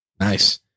Nice